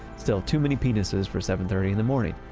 still, too many penises for seven thirty in the morning.